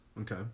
Okay